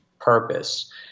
purpose